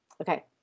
Okay